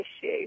issue